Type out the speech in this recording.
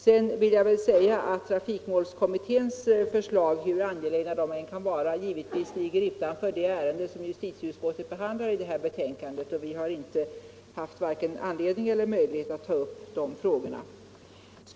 Jag vill vidare framhålla att trafik målskommitténs förslag, hur angelägna de än kan vara, ligger utanför det ärende som justitieutskottet behandlar i det betänkande som nu debatteras. Vi har inte haft vare sig anledning eller möjlighet att ta upp dessa frågor.